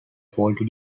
faulty